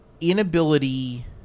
inability